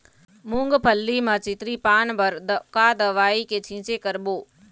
मूंगफली म चितरी पान बर का दवई के छींचे करबो?